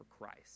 Christ